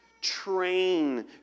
train